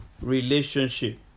relationship